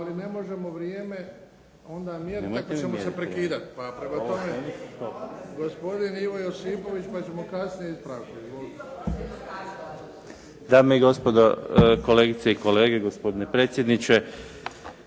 ali ne možemo vrijeme onda mjeriti ako ćemo se prekidat pa prema tome. Gospodin Ivo Josipović, pa ćemo kasnije ispravke. Izvolite. **Josipović, Ivo (SDP)** Dame i gospodo, kolegice i kolege, gospodine predsjedniče.